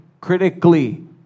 critically